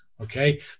okay